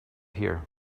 here